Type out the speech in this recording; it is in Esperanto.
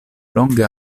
longe